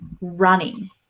running